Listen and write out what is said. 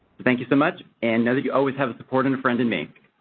thank you so much and know that you always have the support and a friend in me.